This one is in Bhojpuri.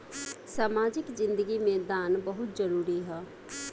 सामाजिक जिंदगी में दान बहुत जरूरी ह